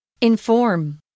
Inform